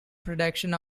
production